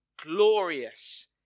glorious